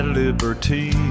liberty